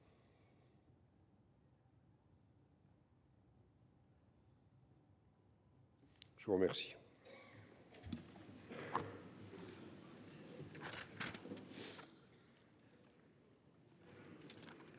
Je vous remercie